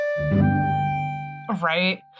Right